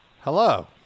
hello